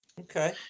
Okay